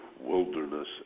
wilderness